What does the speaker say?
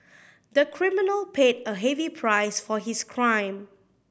the criminal paid a heavy price for his crime